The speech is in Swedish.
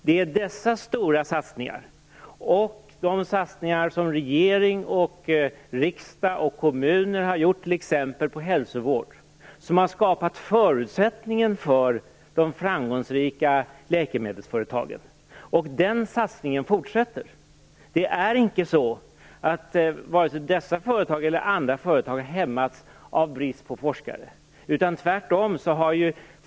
Det är dessa stora satsningar, och de satsningar som regering, riksdag och kommuner har gjort t.ex. på hälsovård som har skapat förutsättningarna för de framgångsrika läkemedelsföretagen. Den satsningen fortsätter. Varken dessa företag eller andra har hämmats av brist på forskare.